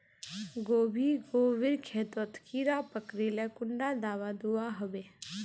गोभी गोभिर खेतोत कीड़ा पकरिले कुंडा दाबा दुआहोबे?